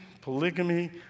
polygamy